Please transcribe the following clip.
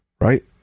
right